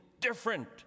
different